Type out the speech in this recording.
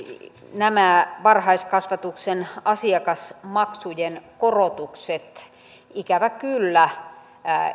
nämä varhaiskasvatuksen asiakasmaksujen korotukset ikävä kyllä